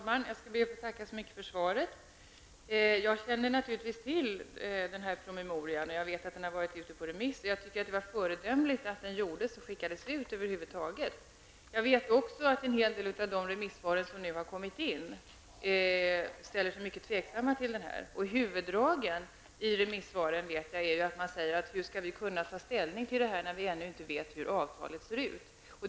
Herr talman! Jag ber att få tacka för svaret. Jag känner naturligtvis till denna promemoria, och jag vet att den har varit ute på remiss. Jag tycker att det var föredömligt att den skickades ut över huvud taget. Jag vet också att man i en hel del av remissvaren som har kommit in ställer sig mycket tveksam till detta. Huvudfrågan i remissvaren är: Hur skall det vara möjligt att ta ställning till detta när man inte vet hur avtalet kommer att se ut?